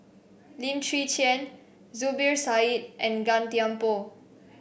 Lim Chwee Chian Zubir Said and Gan Thiam Poh